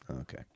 Okay